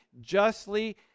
justly